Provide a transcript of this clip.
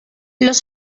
los